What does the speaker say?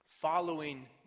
following